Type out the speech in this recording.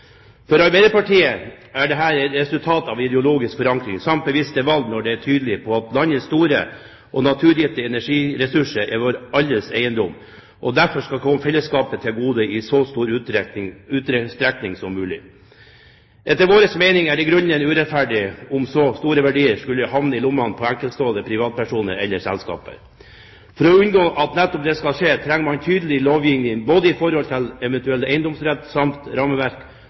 For Arbeiderpartiet er dette resultatet av en ideologisk forankring samt bevisste valg når vi er tydelige på at landets store og naturgitte energiressurser er vår alles eiendom, og skal derfor komme fellesskapet til gode i så stor utstrekning som mulig. Etter vår mening er det grunnleggende urettferdig om så store verdier skulle havne i lommene på enkeltstående privatpersoner eller selskaper. For å unngå at nettopp det skal skje, trenger man tydelig lovgivning, både i forhold til eventuell eiendomsrett samt rammeverk